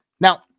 Now